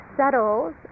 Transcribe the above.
settles